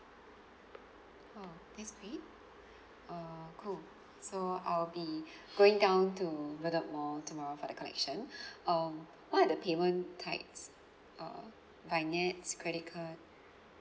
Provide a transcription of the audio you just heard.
oh that's great uh cool so I'll be going down to bedok mall tomorrow for the collection um what are the payment types uh by NETS credit card